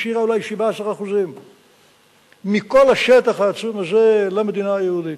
והשאירה אולי 17% מכל השטח העצום הזה למדינה היהודית.